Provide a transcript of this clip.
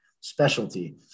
specialty